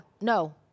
no